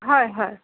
হয় হয়